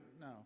No